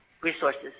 resources